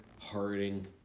Harding